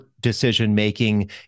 decision-making